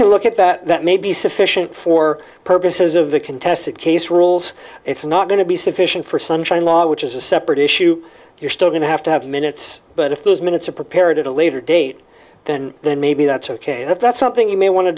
can look at that may be sufficient for the purposes of the contested case rules it's not going to be sufficient for sunshine law which is a separate issue you're still going to have to have minutes but if those minutes are prepared at a later date than then maybe that's ok if that's something you may want to